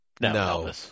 No